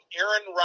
Aaron